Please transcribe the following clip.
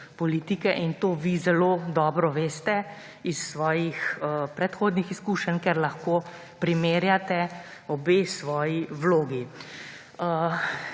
in to vi zelo dobro veste iz svojih predhodnih izkušenj, ker lahko primerjate obe svoji vlogi.